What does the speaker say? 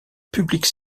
public